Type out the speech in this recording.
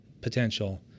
potential